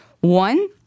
One